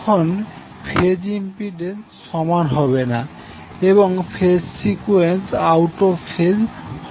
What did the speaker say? তখন phase impedance সমান হবে না এবং phase sequence out of phase হবে